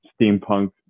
steampunk